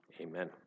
Amen